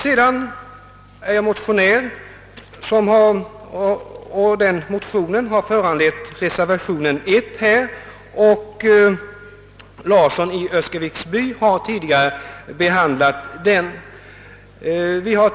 Den motion jag har undertecknat har föranlett reservation I, och herr Larsson i Öskeviksby har tidigare talat för den.